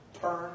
turn